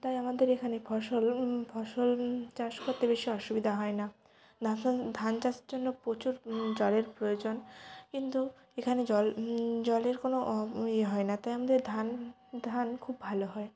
তাই আমাদের এখানে ফসল ফসল চাষ করতে বেশি অসুবিধা হয় না ধাতন ধান চাষের জন্য প্রচুর জলের প্রয়োজন কিন্তু এখানে জল জলের কোনো অ ইয়ে হয় না তাই আমাদের ধান ধান খুব ভালো হয়